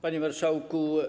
Panie Marszałku!